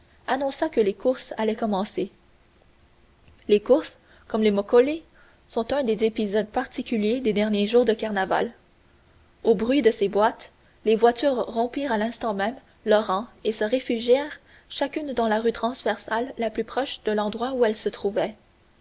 annonça que les courses allaient commencer les courses comme les moccoli sont un des épisodes particuliers des derniers jours du carnaval au bruit de ces boîtes les voitures rompirent à l'instant même leurs rangs et se réfugièrent chacune dans la rue transversale la plus proche de l'endroit où elles se trouvaient